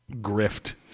grift